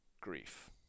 grief